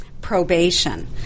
probation